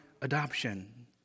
adoption